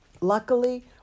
Luckily